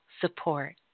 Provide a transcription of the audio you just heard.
support